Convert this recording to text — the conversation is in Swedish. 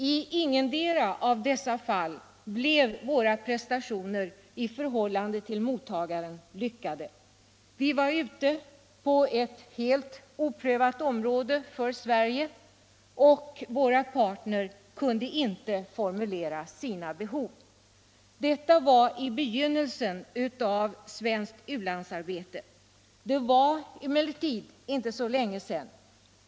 I ingetdera av dessa fall blev våra prestationer i förhållande till mottagaren lyckade. Vi var ute på ett för Sverige helt oprövat område och våra partner kunde inte formulera sina behov. Detta var i begynnelsen av svenskt u-landsarbete. Det var emellertid inte så länge sedan.